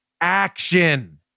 action